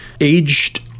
aged